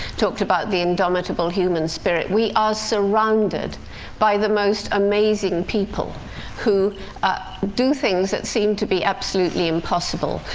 talked about the indomitable human spirit. we are surrounded by the most amazing people who do things that seem to be absolutely impossible.